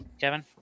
Kevin